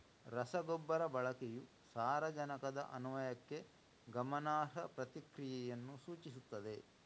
ರಸಗೊಬ್ಬರ ಬಳಕೆಯು ಸಾರಜನಕದ ಅನ್ವಯಕ್ಕೆ ಗಮನಾರ್ಹ ಪ್ರತಿಕ್ರಿಯೆಯನ್ನು ಸೂಚಿಸುತ್ತದೆ